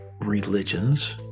religions